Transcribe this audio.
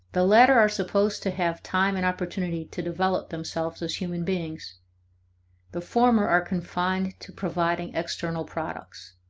the latter are supposed to have time and opportunity to develop themselves as human beings the former are confined to providing external products.